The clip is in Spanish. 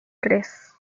tres